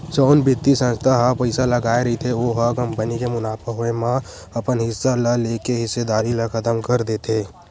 जउन बित्तीय संस्था ह पइसा लगाय रहिथे ओ ह कंपनी के मुनाफा होए म अपन हिस्सा ल लेके हिस्सेदारी ल खतम कर देथे